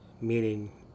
Meaning